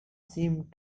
seemed